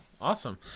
Awesome